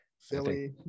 Philly